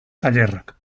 tailerrak